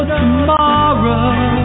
tomorrow